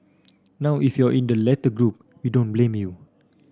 now if you're in the latter group we don't blame you